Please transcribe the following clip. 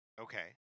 Okay